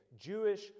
Jewish